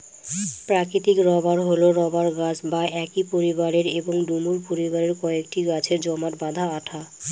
প্রাকৃতিক রবার হল রবার গাছ বা একই পরিবারের এবং ডুমুর পরিবারের কয়েকটি গাছের জমাট বাঁধা আঠা